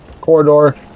corridor